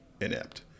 inept